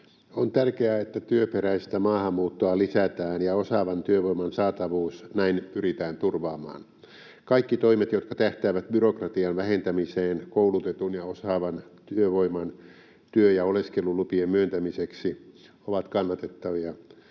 On tärkeää, että työperäistä maahanmuuttoa lisätään ja osaavan työvoiman saatavuus näin pyritään turvaamaan. Kaikki toimet, jotka tähtäävät byrokratian vähentämiseen koulutetun ja osaavan työvoiman työ- ja oleskelulupien myöntämiseksi, ovat kannatettavia.